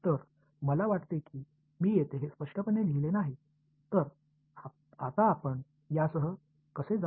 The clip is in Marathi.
तर मला वाटते की मी येथे हे स्पष्टपणे लिहिले नाही तर आता आपण यासह कसे जाऊ